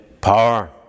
power